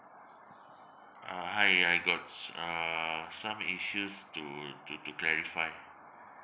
uh hi I gots uh some issues to to to clarify